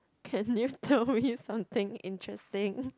can you tell me something interesting